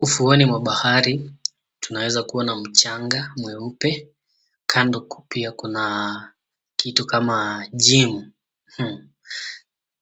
Ufuoni mwa bahari tunaweza kuona mchanga mweupe kando kukiwa kuna kitu kama gym